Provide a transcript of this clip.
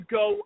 go